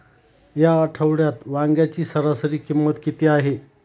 या आठवड्यात वांग्याची सरासरी किंमत किती आहे?